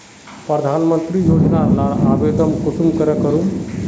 प्रधानमंत्री योजना लार आवेदन कुंसम करे करूम?